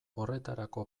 horretarako